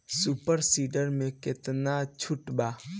Super seeder मै कितना छुट बा?